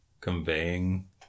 conveying